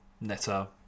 Neto